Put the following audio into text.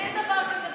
אין דבר כזה בתקנון.